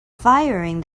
firing